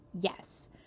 Yes